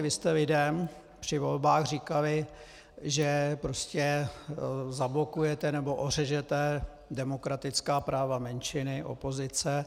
Vy jste lidem při volbách říkali, že prostě zablokujete nebo ořežete demokratická práva menšiny, opozice.